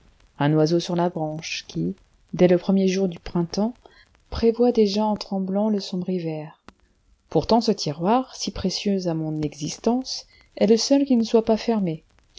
un oiseau sur la branche qui dès le premier jour du printemps prévoit déjà en tremblant le sombre hiver pourtant ce tiroir si précieux à mon existence est le seul qui ne soit pas fermé